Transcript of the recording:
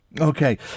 Okay